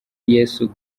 yesu